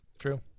true